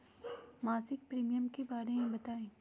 मासिक प्रीमियम के बारे मे बताई?